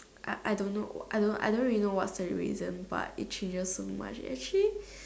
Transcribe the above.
I I don't know I don't I don't really know what's the reason but it changes so much actually